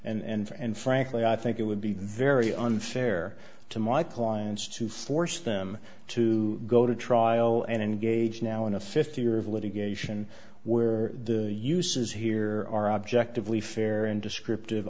and frankly i think it would be very unfair to my clients to force them to go to trial and engage now in a fifty year of litigation where the uses here are objectively fair and descriptive